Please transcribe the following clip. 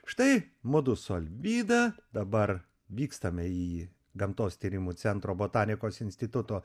štai mudu su alvyda dabar vykstame į gamtos tyrimų centro botanikos instituto